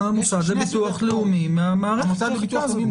המוסד לביטוח לאומי מוחרג.